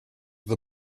the